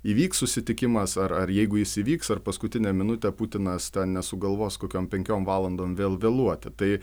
įvyks susitikimas ar ar jeigu jis įvyks ar paskutinę minutę putinas nesugalvos kokiom penkiom valandom vėl vėluoti tai